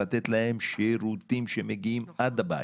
לתת להם שירותים שמגיעים עד הבית.